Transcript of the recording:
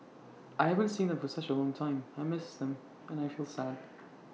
I haven't seen them for such A long time I miss them and I feel sad